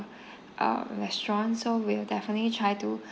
uh restaurant so we'll definitely try to